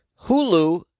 Hulu